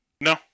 No